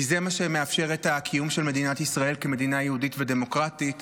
כי זה מה שמאפשר את הקיום של מדינת ישראל כמדינה יהודית ודמוקרטית,